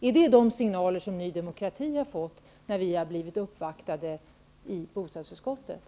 Är detta de signaler som Ny demokrati har fått, när vi i bostadsutskottet har blivit uppvaktade?